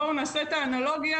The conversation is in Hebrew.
בואו נעשה את האנלוגיה,